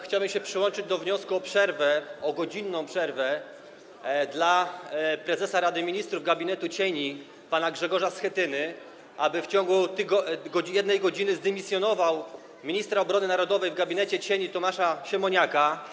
Chciałbym się przyłączyć do wniosku o ogłoszenie godzinnej przerwy dla prezesa rady ministrów gabinetu cieni pana Grzegorza Schetyny, tak aby w ciągu 1 godziny zdymisjonował ministra obrony narodowej w gabinecie cieni Tomasza Siemoniaka.